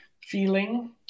feeling